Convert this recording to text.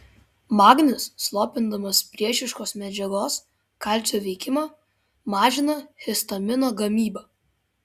magnis slopindamas priešiškos medžiagos kalcio veikimą mažina histamino gamybą